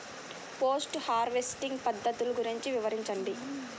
Post harvesting పద్ధతులు గురించి వివరించండి?